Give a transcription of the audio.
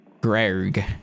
Greg